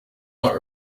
not